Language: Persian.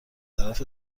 طرف